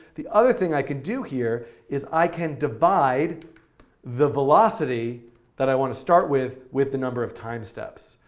the other thing i can do here is i can divide the velocity that i want to start with with the number of timesteps.